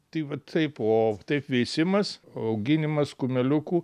tai vat taip o taip veisimas auginimas kumeliukų